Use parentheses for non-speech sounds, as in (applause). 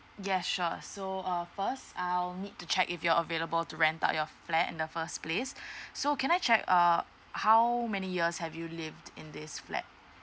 yes sure so uh first I'll need to check if you're available to rent out your flat in the first place (breath) so can I check err how many years have you lived in this flat